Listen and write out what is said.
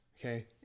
okay